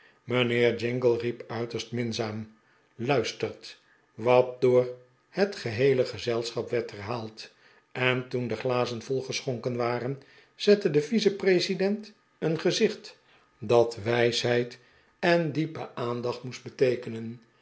mijnheer jingle riep uiterst minzaam luistert wat door het geheele gezelschap werd herhaald en toen de glazen volgeschonken waren zette de vice-president een gezicht dat wijsheid en diepe aandacht moest beteekenen